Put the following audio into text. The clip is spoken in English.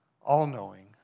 all-knowing